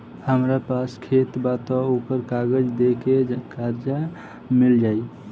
हमरा पास खेत बा त ओकर कागज दे के कर्जा मिल जाई?